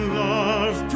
love